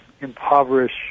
impoverish